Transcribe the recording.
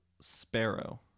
sparrow